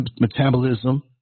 metabolism